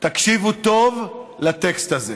תקשיבו טוב לטקסט הזה: